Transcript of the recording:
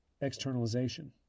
externalization